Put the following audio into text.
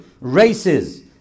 races